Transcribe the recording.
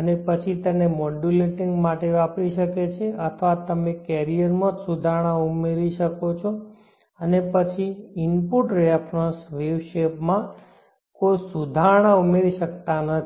અને પછી તેને મોડ્યુલેટિંગ માટે વાપરી શકે છે અથવા તમે કેરિયરમાં જ સુધારણા ઉમેરી શકો છો અને પછી ઇનપુટ રેફરન્સ વેવ શેપ માં કોઈ સુધારણા ઉમેરી શકતા નથી